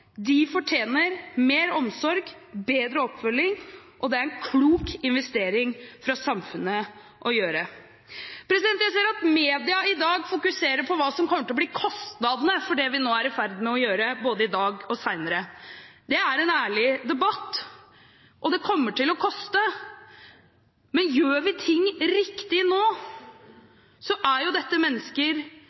De fortjener mer omsorg, bedre oppfølging. Det er en klok investering for samfunnet å gjøre. Jeg ser at media i dag fokuserer på hva som kommer til å bli kostnadene for det vi nå er i ferd med å gjøre, både i dag og senere. Det er en ærlig debatt. Det kommer til å koste, men gjør vi ting riktig nå, er jo dette mennesker